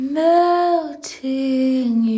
melting